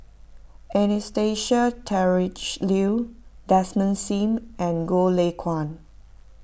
Anastasia Tjendri Liew Desmond Sim and Goh Lay Kuan